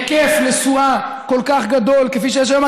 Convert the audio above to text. היקף נסועה כל כך גדול כפי שיש היום.